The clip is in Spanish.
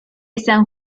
san